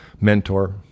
mentor